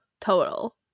total